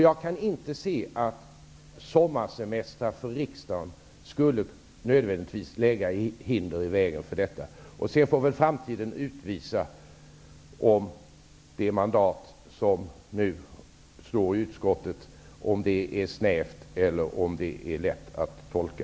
Jag kan inte se att sommarsemestrar för riksdagen nödvändigtvis skulle lägga hinder i vägen för detta. Sedan får väl framtiden utvisa om det mandat som nu framgår av utskottsskrivningen är snävt eller om det är lätt att tolka.